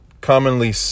commonly